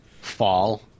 fall